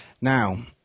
Now